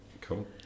Cool